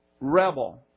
rebel